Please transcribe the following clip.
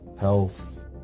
health